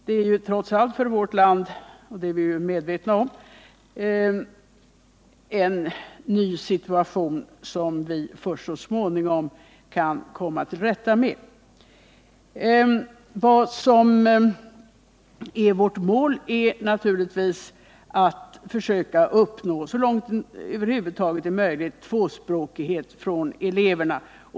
Det är trots allt för vårt land, vilket vi är medvetna om, en ny situation som vi först så småningom kan komma till rätta med. Vårt mål är naturligtvis att så långt det över huvud taget är möjligt försöka uppnå tvåspråkighet hos eleverna.